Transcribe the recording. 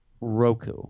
Roku